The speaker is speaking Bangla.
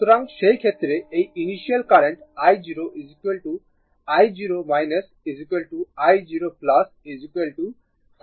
সুতরাং সেই ক্ষেত্রে এই initial current i0 i0 i0 502 হয়ে যাবে